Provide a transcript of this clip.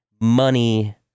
money